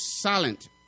silent